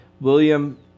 William